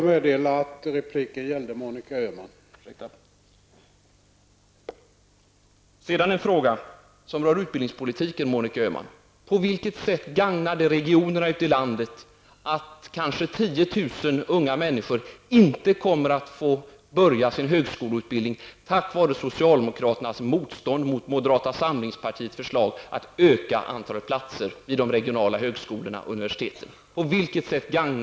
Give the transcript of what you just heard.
Herr talman! Sedan vill jag fråga Monika Öhman om utbildningspolitiken: På vilket sätt gagnar det regionerna och landet i dess helhet att kanske 10 000 unga människor inte får börja sin högskoleutbildning på grund av socialdemokraternas motstånd mot moderata samlingspartiets förslag? Förslaget innebär att man ökar antalet platser i de regionala högskolorna och universiteten.